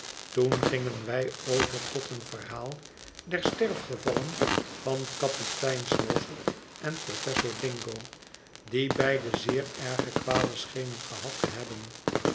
toen gingen wij over tot een verhaal der sterfgevallen van kapitein swosser en professor dingo die beide zeer erge kwalen schenen gehad te hebben